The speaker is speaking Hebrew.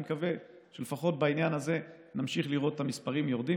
אני מקווה שלפחות בעניין הזה נמשיך לראות את המספרים יורדים,